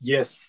Yes